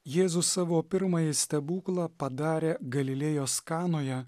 jėzus savo pirmąjį stebuklą padarė galilėjos kanoje